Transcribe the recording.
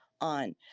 on